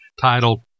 titled